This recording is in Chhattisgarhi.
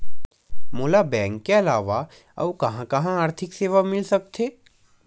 मोला बैंक के अलावा आऊ कहां कहा आर्थिक सेवा मिल सकथे?